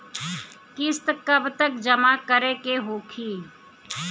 किस्त कब तक जमा करें के होखी?